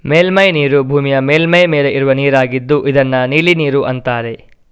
ಮೇಲ್ಮೈ ನೀರು ಭೂಮಿಯ ಮೇಲ್ಮೈ ಮೇಲೆ ಇರುವ ನೀರಾಗಿದ್ದು ಇದನ್ನ ನೀಲಿ ನೀರು ಅಂತಾರೆ